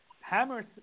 Hammer's